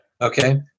okay